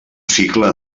cicle